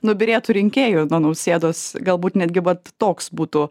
nubyrėtų rinkėjų nuo nausėdos galbūt netgi vat toks būtų